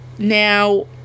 Now